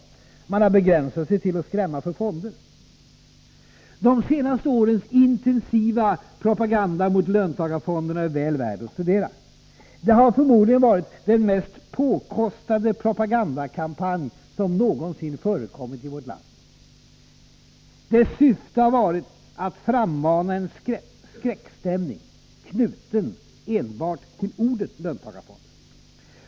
Man har begränsat sig till att skrämma för fonderna. De senaste årens intensiva propaganda mot löntagarfonderna är väl värd att studera. Det har förmodligen varit den mest påkostade propagandakampanj som någonsin förekommit i vårt land. Dess syfte har varit att frammana en skräckstämning, knuten enbart till ordet löntagarfonder.